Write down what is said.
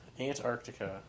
Antarctica